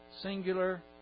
singular